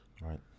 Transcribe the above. Right